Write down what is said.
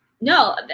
No